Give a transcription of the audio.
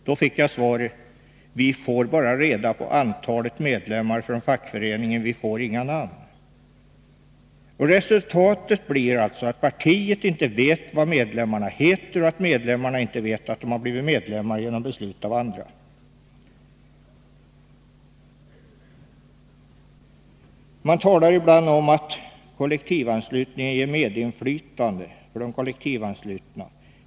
Då fick jag svaret: Vi får bara reda på antalet medlemmar från fackföreningen, vi får 15 inga namn. Resultatet blir alltså att partiet inte vet vad medlemmarna heter och att medlemmarna inte vet att de har blivit medlemmar genom beslut av andra. Man talar ibland om att kollektivanslutning ger medinflytande för de kollektivanslutna.